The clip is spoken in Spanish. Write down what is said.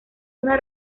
una